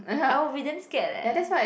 I will be damn scared leh